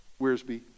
Wearsby